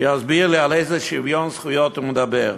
שיסביר לי על איזה שוויון זכויות הוא מדבר.